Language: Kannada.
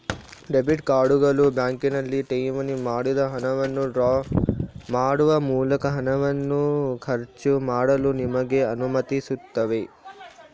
ಡೆಬಿಟ್ ಕಾರ್ಡುಗಳು ಬ್ಯಾಂಕಿನಲ್ಲಿ ಠೇವಣಿ ಮಾಡಿದ ಹಣವನ್ನು ಡ್ರಾ ಮಾಡುವ ಮೂಲಕ ಹಣವನ್ನು ಖರ್ಚು ಮಾಡಲು ನಿಮಗೆ ಅನುಮತಿಸುತ್ತವೆ